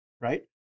right